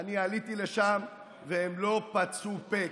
אני עליתי לשם והם לא פצו פה.